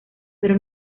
pero